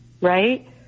Right